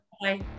Bye